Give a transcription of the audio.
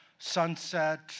sunset